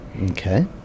Okay